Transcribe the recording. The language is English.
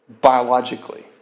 Biologically